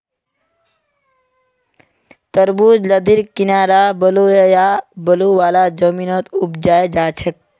तरबूज लद्दीर किनारअ बलुवा या बालू वाला जमीनत उपजाल जाछेक